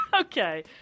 Okay